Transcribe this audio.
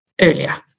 earlier